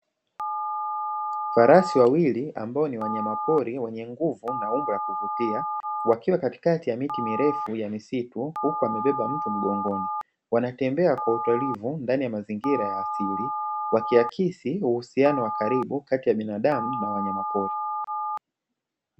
Farasi wawili ambao ni wanyama pori, wenye nguvu na umbo la kuvutia, wakiwa katikati ya miti mirefu ya misitu, huku wakibeba mtu mgongoni, wanatembea kwa utulivu ndani ya mazingira ya asili, wakiakisi uhusianao wa karibu kati ya binadamu na wanyama pori.